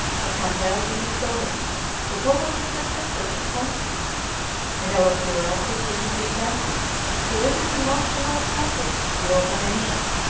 has compelled the historian to follow the successors of constantine and our curiosity has been tempted to visit the most remote countries of europe and asia,